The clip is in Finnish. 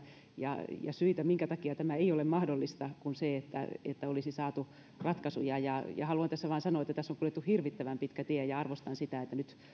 ja syitä minkä takia tämä ei ole mahdollista kuin että olisi saatu ratkaisuja haluan tässä vain sanoa että tässä on kuljettu hirvittävän pitkä tie arvostan sitä että